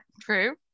True